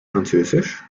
französisch